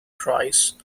price